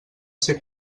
ser